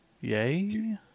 yay